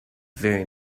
very